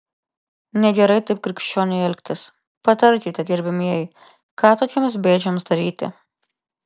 negerai taip krikščioniui elgtis patarkite gerbiamieji ką tokiems bėdžiams daryti